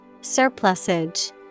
Surplusage